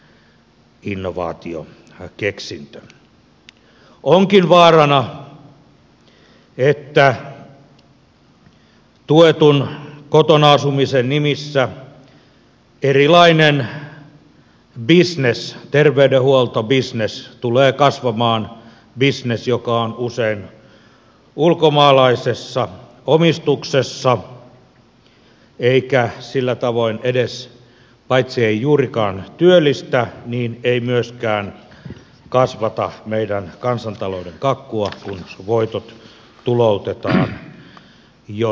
onkin vaarana että tuetun kotona asumisen nimissä erilainen terveydenhuoltobisnes tulee kasvamaan bisnes joka on usein ulkomaalaisessa omistuksessa eikä sillä tavoin paitsi juurikaan edes työllistä niin ei myöskään kasvata meidän kansantalouden kakkua kun voitot tuloutetaan jonnekin muualle